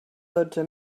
dotze